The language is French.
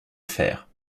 faire